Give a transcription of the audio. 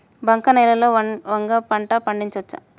బంక నేలలో వంగ పంట పండించవచ్చా?